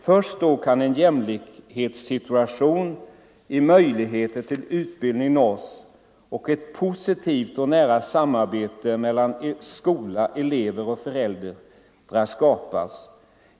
Först då kan en jämlikhetssituation i möjligheter till utbildning nås, och ett positivt och nära samarbete mellan skola, elever och föräldrar skapas.